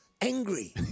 angry